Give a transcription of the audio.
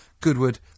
Goodwood